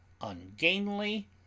ungainly